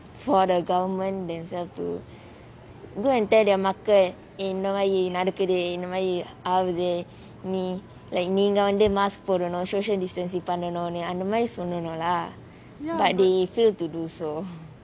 for the government themselves to go and tell their மக்களை இந்த மாறி நடக்குது இந்த மாறி ஆவுது நீ:makala intha maari nadakuthu intha maari aavuthu nee like நீங்க வந்து:ninga vanthu mask போடணும்:podanum social distancing பண்ணனும்:pannanum but they fail to do so